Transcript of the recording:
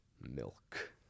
Milk